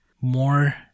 more